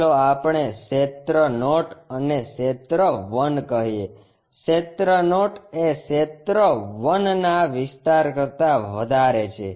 ચાલો આપણે ક્ષેત્ર નોટ અને ક્ષેત્ર 1 કહીએ ક્ષેત્ર નોટ એ ક્ષેત્ર 1 ના વિસ્તાર કરતા વધારે છે